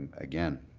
again,